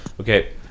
Okay